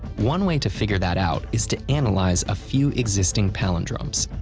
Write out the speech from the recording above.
one way to figure that out is to analyze a few existing palindromes.